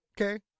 okay